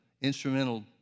instrumental